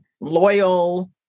loyal